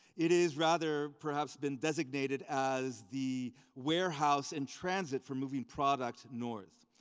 it is rather perhaps been designated as the warehouse in transit for moving product north.